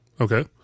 Okay